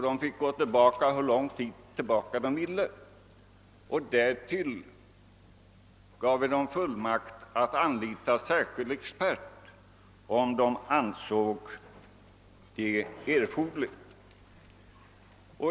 De fick ga hur långt tillbaka i tiden de ville, och dessutom gav vi dem fullmakt att anlita särskild expert om det ansågs erforderligt.